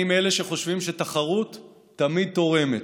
אני מאלה שחושבים שתחרות תמיד תורמת,